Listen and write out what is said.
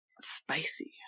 Spicy